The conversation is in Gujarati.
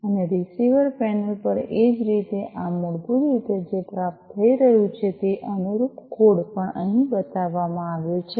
અને રીસીવર પેનલ પર એ જ રીતે આ મૂળભૂત રીતે જે પ્રાપ્ત થઈ રહ્યું છે તે છે અને અનુરૂપ કોડ પણ અહીં બતાવવામાં આવ્યો છે